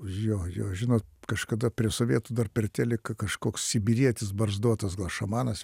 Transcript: jo jo žinot kažkada prie sovietų dar per teliką kažkoks sibirietis barzdotas šamanas